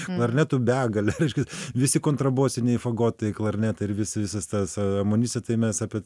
klarnetų begalė reiškia visi kontrabosiniai fagotai klarnetai ir visi visas tas a amunicija tai mes apie